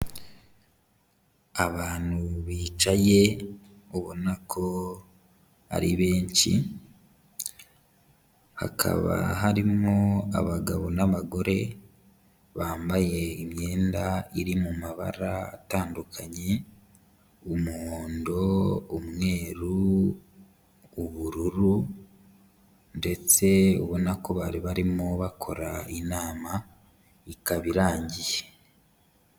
Abantu bicaye ubona ko ari benshi, hakaba harimo abagabo n'abagore, bambaye imyenda iri mu mabara atandukanye, umuhondo, umweru, ubururu ndetse ubona ko bari barimo bakora inama, ikaba irangiye.